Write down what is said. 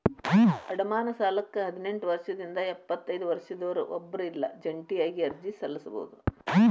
ಅಡಮಾನ ಸಾಲಕ್ಕ ಹದಿನೆಂಟ್ ವರ್ಷದಿಂದ ಎಪ್ಪತೈದ ವರ್ಷದೊರ ಒಬ್ರ ಇಲ್ಲಾ ಜಂಟಿಯಾಗಿ ಅರ್ಜಿ ಸಲ್ಲಸಬೋದು